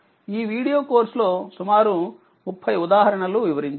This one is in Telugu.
ఈ వీడియో కోర్స్ లో సుమారు 30 ఉదాహరణలు వివరించాను